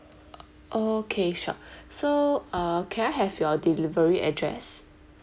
okay sure so uh can I have your delivery address